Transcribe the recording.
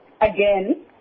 again